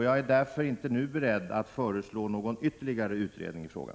Jag är därför inte nu beredd att föreslå någon ytterligare utredning i frågan.